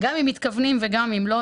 גם אם מתכוונים וגם אם לא,